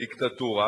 דיקטטורה.